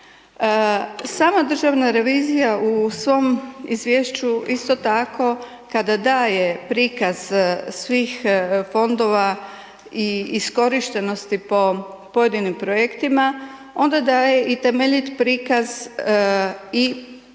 Sama državna revizija u svom izvješću isto tako kada daje prikaz svih fondova i iskorištenosti po pojedinim projektima onda daje i temeljit prikaz i pojedinih